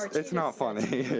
it's not funny.